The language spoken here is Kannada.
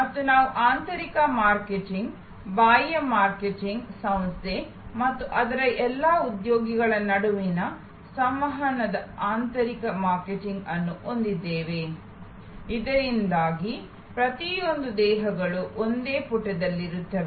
ಮತ್ತು ನಾವು ಆಂತರಿಕ ಮಾರ್ಕೆಟಿಂಗ್ ಬಾಹ್ಯ ಮಾರ್ಕೆಟಿಂಗ್ ಸಂಸ್ಥೆ ಮತ್ತು ಅದರ ಎಲ್ಲ ಉದ್ಯೋಗಿಗಳ ನಡುವಿನ ಸಂವಹನದ ಆಂತರಿಕ ಮಾರ್ಕೆಟಿಂಗ್ ಅನ್ನು ಹೊಂದಿದ್ದೇವೆ ಇದರಿಂದಾಗಿ ಪ್ರತಿಯೊಂದು ದೇಹಗಳು ಒಂದೇ ಪುಟದಲ್ಲಿರುತ್ತವೆ